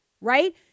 right